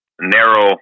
narrow